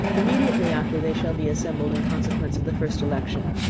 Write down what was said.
immediately after they shall be assembled in consequence of the first election,